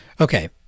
Okay